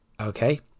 Okay